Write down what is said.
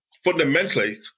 fundamentally